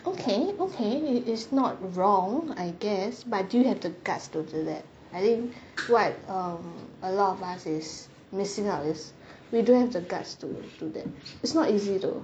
okay okay it is not wrong I guess but do you have the guts to do that I think quite um a lot of us is missing out is we don't have the guts to do that it's not easy though